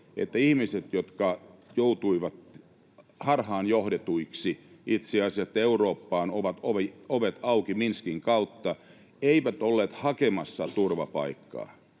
että ihmiset, jotka joutuivat itse asiassa harhaanjohdetuiksi, että Eurooppaan olisivat ovet auki Minskin kautta, eivät olleet hakemassa turvapaikkaa.